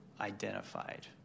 identified